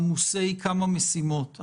עמוסים במספר משימות.